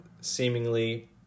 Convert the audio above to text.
seemingly